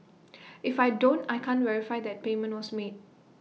if I don't I can't verify that payment was made